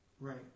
Right